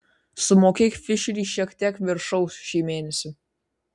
sumokėk fišeriui šiek tiek viršaus šį mėnesį